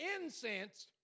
incense